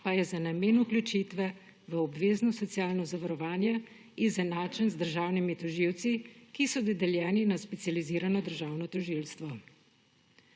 pa je za namen vključitve v obvezno socialno zavarovanje izenačen z državnimi tožilci, ki so dodeljeni na Specializirano državno tožilstvo.